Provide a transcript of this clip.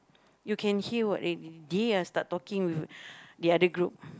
you can hear what they they are start talking the other group